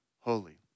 holy